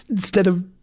instead of